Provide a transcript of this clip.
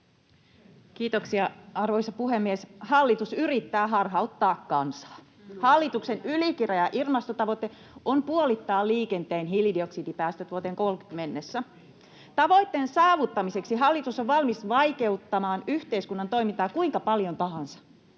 Kiitoksia, arvoisa puhemies! Hallitus yrittää harhauttaa kansaa. Hallituksen ylikireä ilmastotavoite on puolittaa liikenteen hiilidioksidipäästöt vuoteen 30 mennessä. Tavoitteen saavuttamiseksi hallitus on valmis vaikeuttamaan yhteiskunnan toimintaa kuinka paljon tahansa.